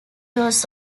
was